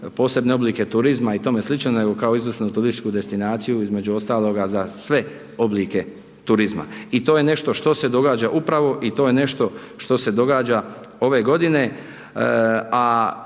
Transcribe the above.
posebne oblike turizma nego kao izvrsnu turističku destinaciju, između ostaloga za sve oblike turizma. I to je nešto što se događa upravo i to je nešto što se događa ove godine.